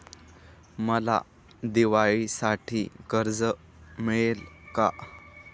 मला दिवाळीसाठी कर्ज मिळेल का?